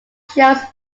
shows